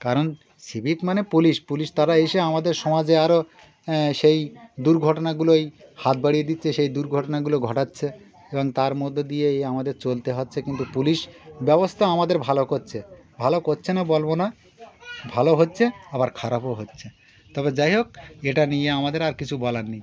কারণ সিভিক মানে police police তারা এসে আমাদের সমাজে আরও সেই দুর্ঘটনাগুলোয় হাত বাড়িয়ে দিচ্ছে সেই দুর্ঘটনাগুলো ঘটাচ্ছে এবং তার মধ্য দিয়েই আমাদের চলতে হচ্ছে কিন্তু পুলিশ ব্যবস্থা আমাদের ভালো করছে ভালো করছে না বলব না ভালো হচ্ছে আবার খারাপও হচ্ছে তবে যাই হোক এটা নিয়ে আমাদের আর কিছু বলার নেই